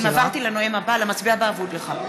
תוצאות ההצבעה: